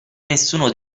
nessuno